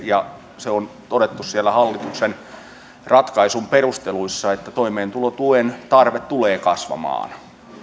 ja se on todettu siellä hallituksen ratkaisun perusteluissa että toimeentulotuen tarve tulee kasvamaan